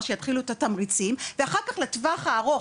שיתחילו את התמריצים ואחר כך לטווח הארוך.